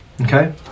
okay